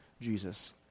Jesus